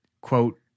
Quote